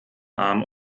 arm